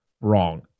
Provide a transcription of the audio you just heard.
wrong